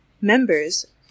Members